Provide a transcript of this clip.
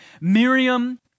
Miriam